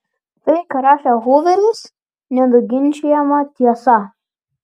tai ką rašė huveris nenuginčijama tiesa